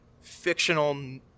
fictional